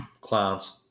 clowns